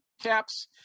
caps